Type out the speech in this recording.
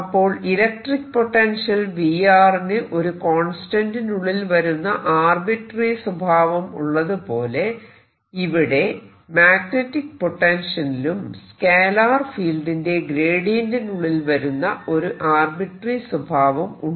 അപ്പോൾ electric potential V ന് ഒരു കോൺസ്റ്റന്റിനുള്ളിൽ വരുന്ന ആർബിട്രേറി സ്വഭാവം ഉള്ളതുപോലെ ഇവിടെ മാഗ്നെറ്റിക് പൊട്ടൻഷ്യലിനും സ്കേലാർ ഫീൽഡ് ന്റെ ഗ്രേഡിയന്റിനുള്ളിൽ വരുന്ന ഒരു ആർബിട്രേറി സ്വഭാവം ഉണ്ട്